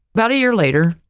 about a year later,